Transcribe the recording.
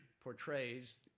portrays